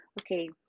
okay